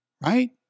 Right